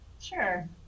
sure